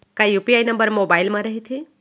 का UPI number mobile म रहिथे?